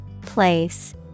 Place